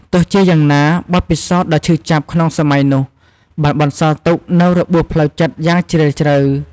ទោះជាយ៉ាងណា បទពិសោធន៍ដ៏ឈឺចាប់ក្នុងសម័យនោះបានបន្សល់ទុកនូវរបួសផ្លូវចិត្តយ៉ាងជ្រាលជ្រៅ។